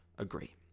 agree